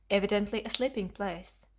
evidently a sleeping place,